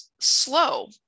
slow